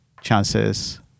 chances